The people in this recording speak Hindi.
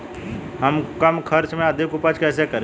हम कम खर्च में अधिक उपज कैसे करें?